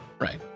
right